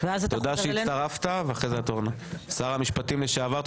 שר המשפטים לשעבר.